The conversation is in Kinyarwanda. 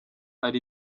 ari